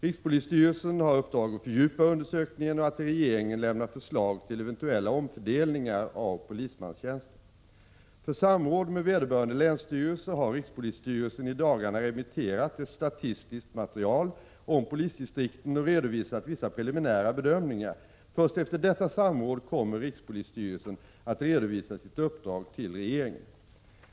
Rikspolisstyrelsen har i uppdrag att fördjupa undersökningen och att till regeringen lämna förslag till eventuella omfördelningar av polismanstjänster. För samråd med vederbörande länsstyrelse har rikspolisstyrelsen i dagarna remitterat ett statistiskt material om polisdistrikten och redovisat vissa preliminära bedömningar. Först efter detta samråd kommer rikspolisstyrelsen att redovisa sitt uppdrag till regeringen.